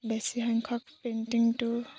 বেছি সংখ্যক পেইণ্টিংটো